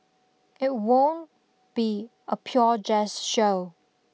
it won't be a pure Jazz show